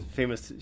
famous